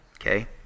okay